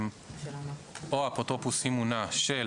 או אפוטרופוס אם מונה של